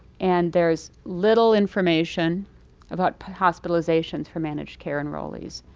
and there's little information about hospitalizations for managed care enrollees.